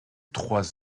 trois